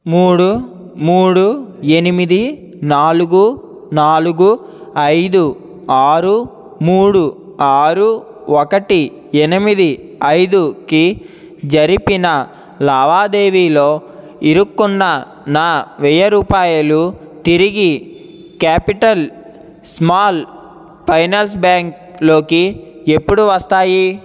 మూడు మూడు ఎనిమిది నాలుగు నాలుగు ఐదు ఆరు మూడు ఆరు ఒకటి ఎనిమిది ఐదుకి జరిపిన లావాదేవీలో ఇరుక్కున్న నా వెయ్య రూపాయలు తిరిగి క్యాపిటల్ స్మాల్ ఫైనాన్స్ బ్యాంక్ లోకి ఎప్పుడు వస్తాయి